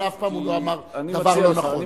אבל אף פעם הוא לא אמר דבר לא נכון.